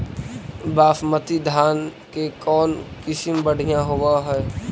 बासमती धान के कौन किसम बँढ़िया होब है?